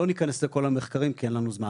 לא נכנס לכל המחקרים כי אין לנו זמן.